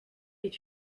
est